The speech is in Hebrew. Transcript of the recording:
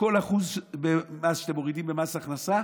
כל 1% שאתם מורידים במס הכנסה,